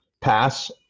pass –